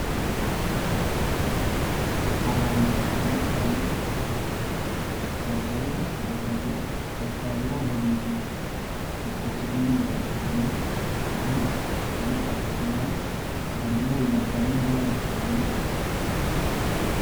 Abantu batandukanye: abagore, abagabo bakaba bahuriye ku kigo nderabuzima, aho bari kwakira abarwayi barwaye indwara zitandukanye.